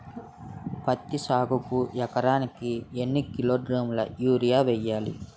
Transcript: పత్తి సాగుకు ఎకరానికి ఎన్నికిలోగ్రాములా యూరియా వెయ్యాలి?